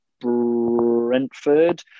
Brentford